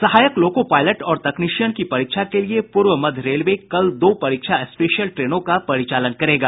सहायक loco pilot और तकनीशियन की परीक्षा के लिये पूर्व मध्य रेलवे कल दो परीक्षा स्पेशल ट्रेनों का परिचालन करेगा